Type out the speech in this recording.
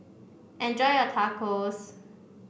enjoy your Tacos